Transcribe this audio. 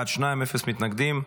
בעד, שניים, אפס מתנגדים.